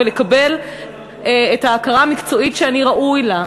ולקבל את ההכרה המקצועית שאני ראוי לה,